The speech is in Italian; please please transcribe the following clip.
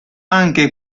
anche